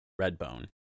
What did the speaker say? Redbone